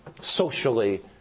socially